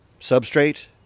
Substrate